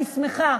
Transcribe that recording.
אני שמחה